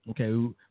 Okay